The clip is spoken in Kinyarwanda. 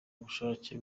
bushake